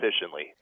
efficiently